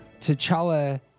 T'Challa